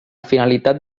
finalitat